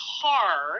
car